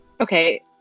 Okay